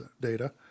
data